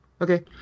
okay